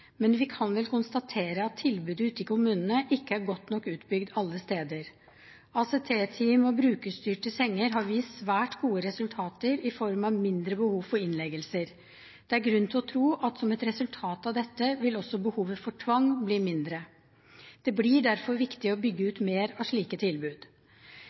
men vi kan vel konstatere at tilbudet ute i kommunene ikke er godt nok utbygd alle steder. ACT-team og brukerstyrte senger har vist svært gode resultater, i form av mindre behov for innleggelser. Det er grunn til å tro at som et resultat av dette, vil også behovet for tvang bli mindre. Det blir derfor viktig å bygge ut mer av slike tilbud.